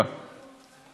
בגלל הכיבוש.